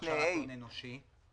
למוסד לביטוח לאומי.